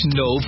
no